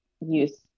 use